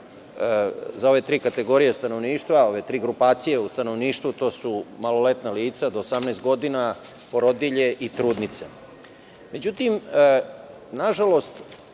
za ove tri kategorije stanovništva, ove tri grupacije u stanovništvu. To su maloletna lica do 18 godina, porodilje i trudnice.Međutim, nažalost,